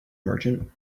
merchant